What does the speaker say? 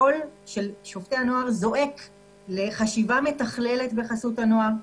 הקול של שופטי הנוער זועק לחשיבה מתכללת בחסות הנוער,